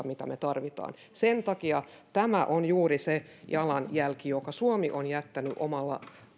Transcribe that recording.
mitä me tarvitsemme sen takia tämä on juuri se jalanjälki jonka suomi on jättänyt omalla